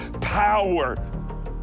power